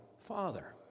Father